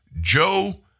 Joe